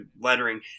lettering